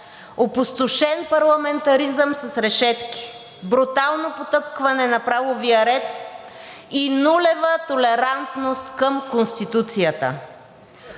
опустошен парламентаризъм с решетки, брутално потъпкване на правовия ред и нулева толерантност към Конституцията!